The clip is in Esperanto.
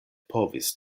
povis